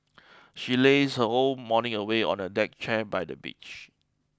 she lazed her whole morning away on a deck chair by the beach